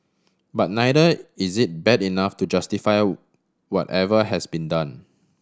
but neither is it bad enough to justify whatever has been done